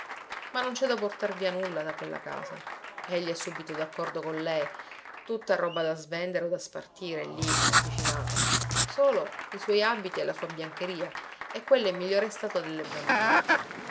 ma non c'è da portar via nulla da quella casa egli è subito d'accordo con lei tutta roba da svendere o da spartire lì tra il vicinato solo i suoi abiti e la sua biancheria e quella in migliore stato delle bambine